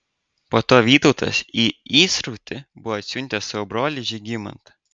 po to vytautas į įsrutį buvo atsiuntęs savo brolį žygimantą